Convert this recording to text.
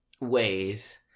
ways